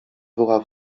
była